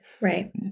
right